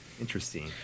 interesting